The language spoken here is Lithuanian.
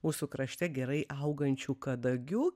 mūsų krašte gerai augančių kadagių